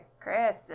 Chris